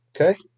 Okay